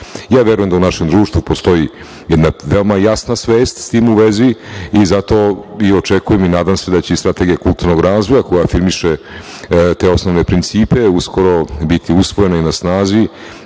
nas. Verujem da u našem društvu postoji jedna veoma jasna svest s tim u vezi. Zato očekujem i nadam se da će strategija kulturnog razvoja koja afirmiše te osnovne principe uskoro biti usvojena i na snazi,